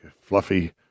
fluffy